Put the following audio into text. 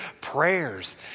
prayers